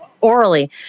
orally